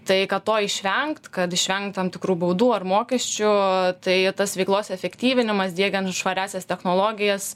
tai kad to išvengt kad išvengt tam tikrų baudų ar mokesčių tai tas veiklos efektyvinimas diegiant švariąsias technologijas